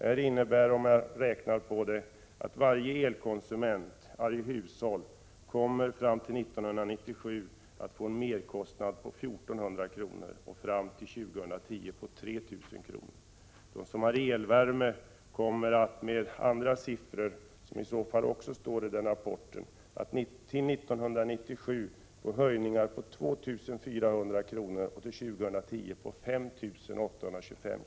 Det innebär att varje elkonsument, varje hushåll, kommer att fram till 1997 få en merkostnad på 1 400 kr. och fram till år 2010 en merkostnad på 3 000 kr. De som har elvärme kommer, med utgångspunkt från andra siffror som också står i denna rapport, fram till år 1997 få — Prot. 1987/88:43 höjningar på 2 400 kr. och till år 2010 höjningar på 5 825 kr.